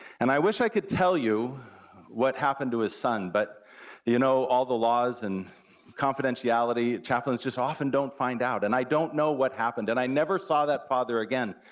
and i wish i could tell you what happened to his son, but you know, all the laws and confidentiality, chaplains just often don't find out, and i don't know what happened, and i never saw that father again.